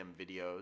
Videos